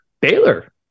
Baylor